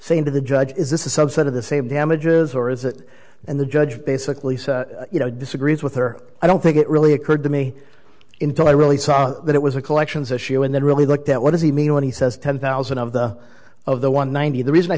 saying to the judge is this a subset of the same damages or is it and the judge basically said you know i disagreed with her i don't think it really occurred to me intel i really saw that it was a collections issue and then really looked at what does he mean when he says ten thousand of the of the one ninety the reason i